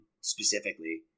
specifically